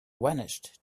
vanished